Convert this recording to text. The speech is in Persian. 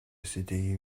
رسیدگی